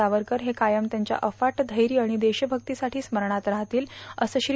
सावरकर क्वयम त्यांच्या अफाट वैर्य आणि देश्वभक्तीसाठी स्मरणात राहतील असं श्री